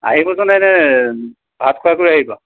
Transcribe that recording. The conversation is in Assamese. আহিবচোন এনেই ভাত খোৱাকৈ আহিব